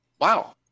Wow